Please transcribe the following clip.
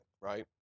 Right